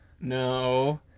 No